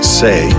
say